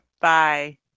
Bye